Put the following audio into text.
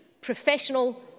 professional